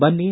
ಬನ್ನಿ